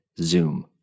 Zoom